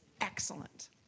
excellent